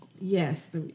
Yes